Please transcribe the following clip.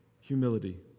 humility